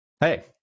Hey